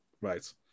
Right